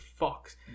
fucks